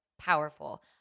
powerful